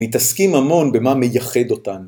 מתעסקים המון במה מייחד אותנו.